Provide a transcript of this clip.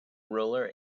ruler